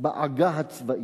בעגה הצבאית.